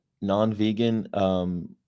non-vegan